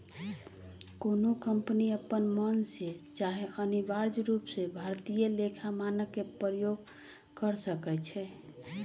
कोनो कंपनी अप्पन मन से चाहे अनिवार्य रूप से भारतीय लेखा मानक के प्रयोग कर सकइ छै